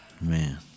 man